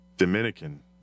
Dominican